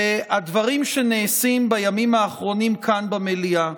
הדברים שנעשים בימים האחרונים כאן במליאה,